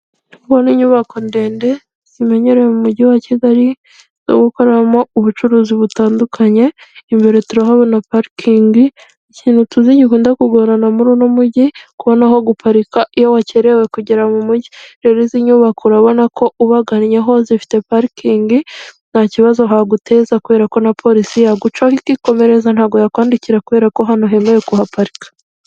Ndabona inyubako ndende zimenyewe mu mujyi wa Kigali zo gukoramo ubucuruzi butandukanye, imbere turahabona na parikingi, ikintu tuzi gikunda kugorana muri uno mujyi kubona aho guparika iyo wakerewe kugera mu mujyi rero izi nyubako urabona ko ubagannyeho zifite parikingi nta kibazo haguteza kubera ko na polisi yagucaho ikomereza ntabwo yakwandikira kubera ko hano hemewe kuhaparika.